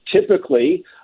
Typically